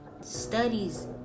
studies